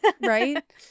right